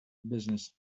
business